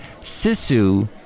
Sisu